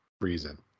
reason